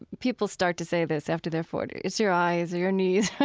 people start to say this after they're forty. it's your eyes or your knees,